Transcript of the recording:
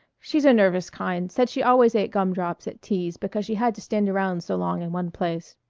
she's a nervous kind said she always ate gum-drops at teas because she had to stand around so long in one place.